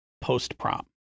post-prom